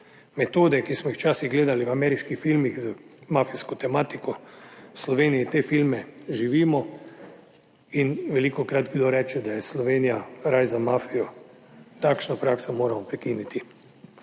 Metode, ki smo jih včasih gledali v ameriških filmih z mafijsko tematiko, v Sloveniji te filme živimo in velikokrat kdo reče, da je Slovenija raj za mafijo - takšno prakso moramo prekiniti.